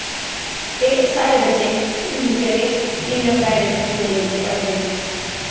ते साढ़े बच्चे जेह्ड़े इन प्राइवेट स्कूलें च पढ़दे न